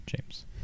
James